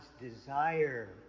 desire